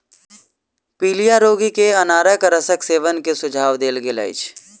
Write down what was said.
पीलिया रोगी के अनारक रसक सेवन के सुझाव देल गेल अछि